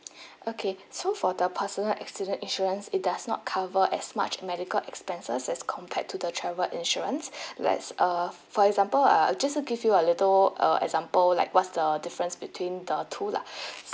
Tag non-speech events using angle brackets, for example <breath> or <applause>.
<breath> okay so for the personal accident insurance it does not cover as much medical expenses as compared to the travel insurance <breath> let's err for example ah I just give you a little uh example like what's the difference between the two lah <breath>